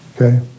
Okay